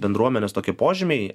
bendruomenės tokie požymiai